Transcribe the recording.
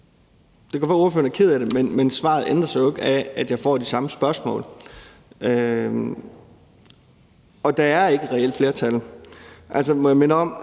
Dennis Flydtkjær er ked af det, men svaret ændrer sig jo ikke af, at jeg får det samme spørgsmål. Og der er ikke et reelt flertal.